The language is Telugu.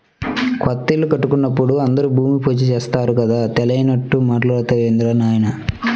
కొత్తిల్లు కట్టుకుంటున్నప్పుడు అందరూ భూమి పూజ చేత్తారు కదా, తెలియనట్లు మాట్టాడతావేందిరా నాయనా